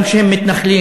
גם כשהם מתנחלים,